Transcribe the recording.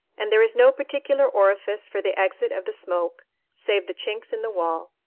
and there is no particular orifice for the exit of the smoke save the chinks in the wall.